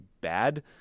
bad